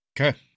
Okay